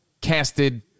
casted